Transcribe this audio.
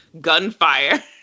gunfire